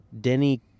Denny